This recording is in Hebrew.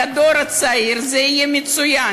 לדור הצעיר זה יהיה מצוין.